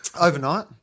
Overnight